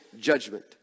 judgment